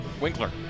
Winkler